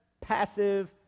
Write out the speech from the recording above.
passive